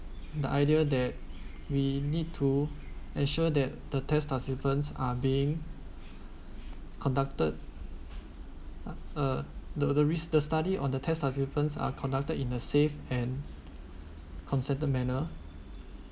the idea that we need to ensure that the test participants are being conducted uh th~ the risk the study on the test participants are conducted in a safe and concerted manner